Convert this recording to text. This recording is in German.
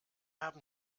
haben